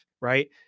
right